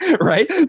right